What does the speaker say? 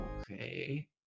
Okay